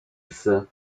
psy